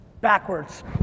Backwards